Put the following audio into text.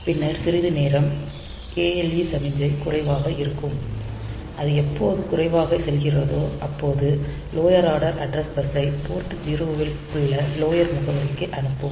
பின்னர் சிறிது நேரம் ALE சமிக்ஞை குறைவாக இருக்கும் அது எப்போது குறைவாக செல்கிறதோ அப்போது லோயர் ஆர்டர் அட்ரஸ் பஸ்ஸை போர்ட் 0 இல் உள்ள லோயர் முகவரிக்கு அனுப்பும்